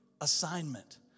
assignment